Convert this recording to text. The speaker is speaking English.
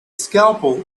scalpel